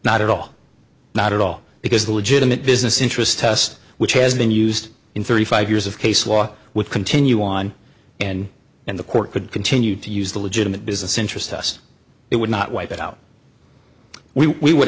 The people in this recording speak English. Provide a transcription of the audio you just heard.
not at all not at all because the legitimate business interest test which has been used in thirty five years of case law would continue on and and the court could continue to use the legitimate business interest us it would not wipe it out we would